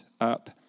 up